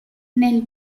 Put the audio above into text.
nel